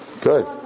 Good